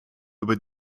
über